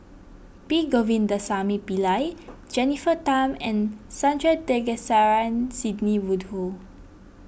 P Govindasamy Pillai Jennifer Tham and Sandrasegaran Sidney Woodhull